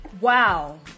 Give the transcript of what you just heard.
Wow